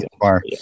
far